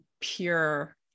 pure